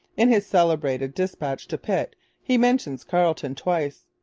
in his celebrated dispatch to pitt he mentions carleton twice.